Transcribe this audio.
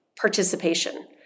participation